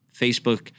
Facebook